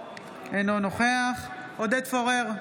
אינו נוכח עודד פורר,